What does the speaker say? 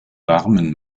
warmen